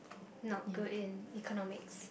not good in Economics